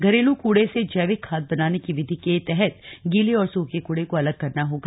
घरेलू कूड़े से जैविक खाद बनाने की विधि के तहत गीले और सूखे कूड़े को अलग करना होगा